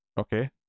Okay